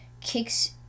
kicks